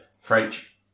French